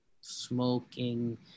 Smoking